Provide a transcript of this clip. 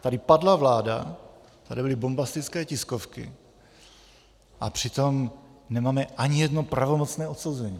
Tady padla vláda, tady byly bombastické tiskovky, a přitom nemáme ani jedno pravomocné odsouzení.